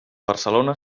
barcelona